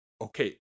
Okay